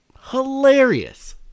Hilarious